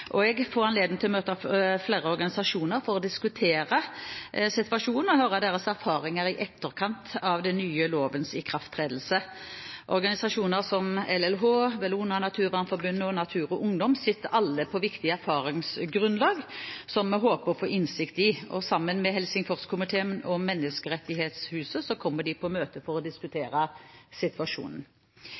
anledning til å møte flere organisasjoner for å diskutere situasjonen og høre deres erfaringer i etterkant av de nye lovenes ikrafttredelse. Organisasjoner som LLH, Bellona, Naturvernforbundet og Natur og Ungdom sitter alle på viktig erfaringsgrunnlag som vi håper å få innsikt i. Sammen med Helsingforskomiteen og Menneskerettighetshuset kommer de på møtet for å diskutere situasjonen.